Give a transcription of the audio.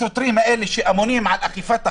השוטרים האלה שאמונים על אכיפת החוק,